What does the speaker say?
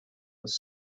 was